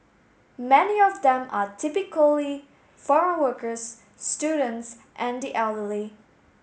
many of them are typically foreign workers students and the elderly